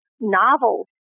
novels